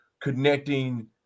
connecting